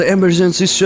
Emergency